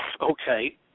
okay